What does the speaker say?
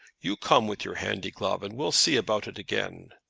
you come with your handy glove, and we'll see about it again.